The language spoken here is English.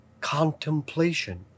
contemplation